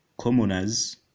commoners